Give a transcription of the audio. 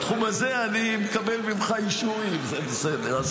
בתחום הזה אני מקבל ממך אישורים, זה בסדר.